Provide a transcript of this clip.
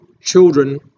children